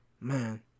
man